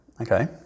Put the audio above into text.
okay